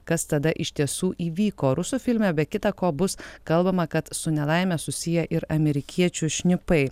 kas tada iš tiesų įvyko rusų filme be kita ko bus kalbama kad su nelaime susiję ir amerikiečių šnipai